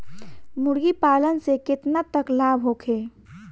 मुर्गी पालन से केतना तक लाभ होखे?